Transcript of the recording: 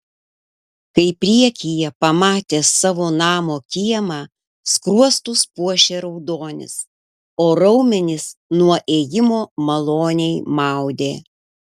kai priekyje pamatė savo namo kiemą skruostus puošė raudonis o raumenis nuo ėjimo maloniai maudė